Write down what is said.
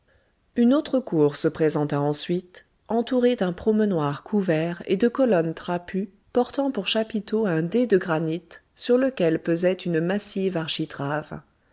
une autre cour se présenta ensuite entourée d'un promenoir couvert et de colonnes trapues portant pour chapiteau un dé de grès dur sur lequel pesait une massive architrave